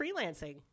freelancing